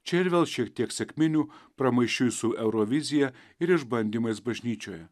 čia ir vėl šiek tiek sekminių pramaišiui su eurovizija ir išbandymais bažnyčioje